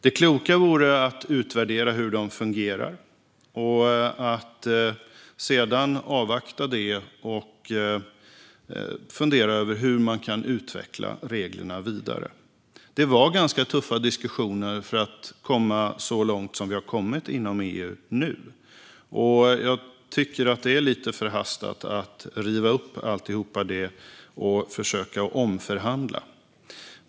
Det kloka vore att utvärdera hur de fungerar och att sedan fundera över hur man kan utveckla reglerna vidare. Det var ganska tuffa diskussioner för att komma så långt som vi nu har kommit inom EU. Jag tycker att det är lite förhastat att riva upp alltihop och försöka omförhandla.